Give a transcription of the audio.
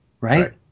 Right